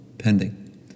Pending